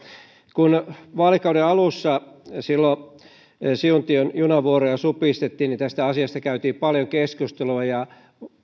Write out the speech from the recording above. kun vaalikauden alussa silloin siuntion junavuoroja supistettiin tästä asiasta käytiin paljon keskustelua ja